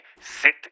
sit